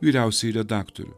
vyriausiąjį redaktorių